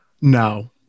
No